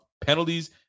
penalties